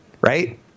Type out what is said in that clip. right